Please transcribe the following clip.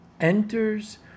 enters